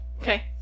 Okay